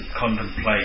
contemplate